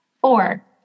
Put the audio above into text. Four